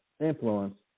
influence